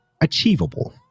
achievable